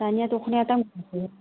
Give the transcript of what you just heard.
दानिया दख'नाया दाम खमसै हाय